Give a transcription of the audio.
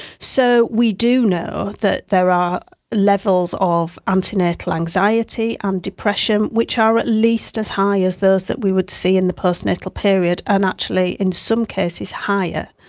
so we do know that there are levels of antenatal anxiety and depression which are at least as high as those that we would see in the postnatal period, and actually in some cases higher,